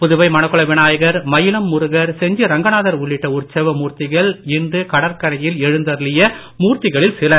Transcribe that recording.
புதுவை மணக்குள விநாயகர் மயிலம் முருகர் செஞ்சி ரங்கநாதர் உள்ளிட்ட உற்சவ மூர்த்திகள் இன்று கடற்கரையில் எழுந்தருளிய மூர்த்திகளில் சிலர்